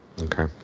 Okay